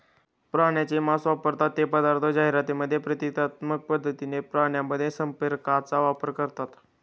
प्राण्यांचे मांस वापरतात ते पदार्थ जाहिरातींमध्ये प्रतिकात्मक पद्धतीने प्राण्यांमध्ये संप्रेरकांचा वापर करतात